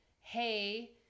hey